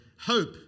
hope